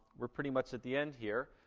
we're pretty much at the end here.